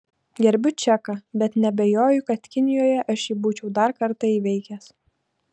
gerbiu čeką bet neabejoju kad kinijoje aš jį būčiau dar kartą įveikęs